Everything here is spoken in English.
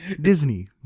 disney